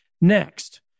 Next